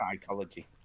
psychology